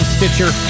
Stitcher